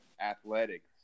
athletics